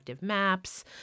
maps